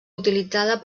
utilitzada